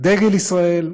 דגל ישראל,